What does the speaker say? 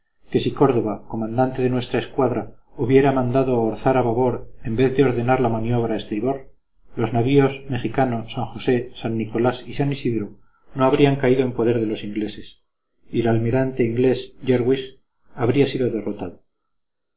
comandante de nuestra escuadra hubiera mandado orzar a babor en vez de ordenar la maniobra a estribor los navíos mejicano san josé san nicolás y san isidro no habrían caído en poder de los ingleses y el almirante inglés jerwis habría sido derrotado